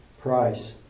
price